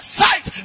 sight